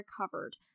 recovered